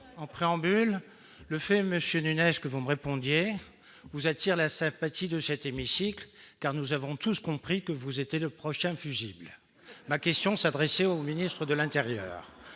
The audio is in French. Monsieur Nunez, le fait que ce soit vous qui me répondiez attire la sympathie de cet hémicycle : nous avons tous compris que vous étiez le prochain fusible ! Ma question s'adressait au ministre de l'intérieur,